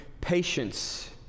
patience